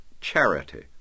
charity